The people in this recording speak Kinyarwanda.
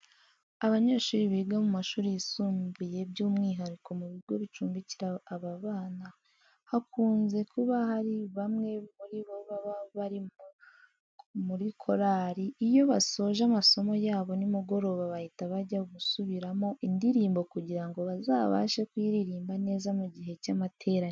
Abanyeshuri biga mu mashuri yisumbuye by'umwihariko mu bigo bicumbikira aba bana, hakunze kuba hari bamwe muri bo baba bari muri korari. Iyo basoje amasomo yabo nimugoroba bahita bajya gusubiramo indirimbo kugira ngo bazabashe kuyiririmba neza mu gihe cy'amateraniro.